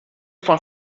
van